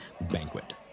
banquet